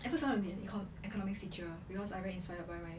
at first I want to be econ~ economics teacher because I really inspired by my